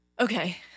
okay